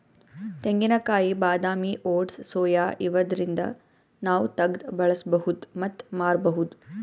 ತೆಂಗಿನಕಾಯಿ ಬಾದಾಮಿ oats soya ಇವ್ದರಿಂದ್ ನಾವ್ ತಗ್ದ್ ಬಳಸ್ಬಹುದ್ ಮತ್ತ್ ಮಾರ್ಬಹುದ್